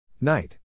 Night